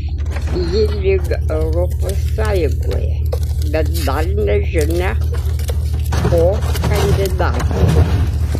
ji lyg europos sąjungoje bet dar nežinia ko kandidatė